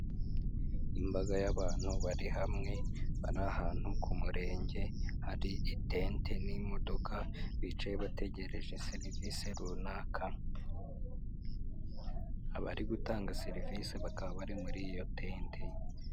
Imbaga y'abantu bari hamwe bari ahantu ku Murenge hari itente n'imodoka, bicaye bategereje service runaka, abari gutanga service bakaba bari muri iyo tente.